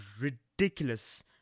ridiculous